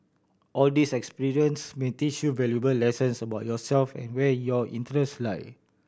all these experience may teach you valuable lessons about yourself and where your interest lie